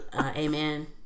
Amen